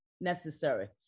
Necessary